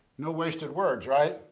no wasted words right?